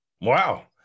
Wow